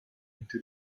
into